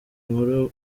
nkuru